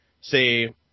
say